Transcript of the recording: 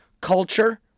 culture